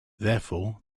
therefore